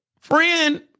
friend